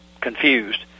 confused